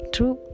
True